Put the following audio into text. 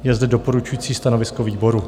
Je zde doporučující stanovisko výboru.